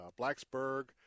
Blacksburg